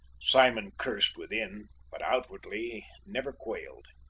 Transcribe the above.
simon cursed within but outwardly never quailed.